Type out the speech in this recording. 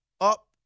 up